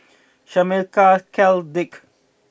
Shameka Cal Dirk